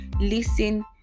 Listen